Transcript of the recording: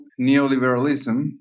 neoliberalism